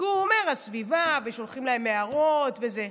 כי הוא אומר: הסביבה, ושולחים להן הערות וזה.